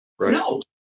No